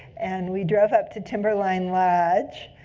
and we drove up to timberline lodge,